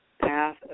Path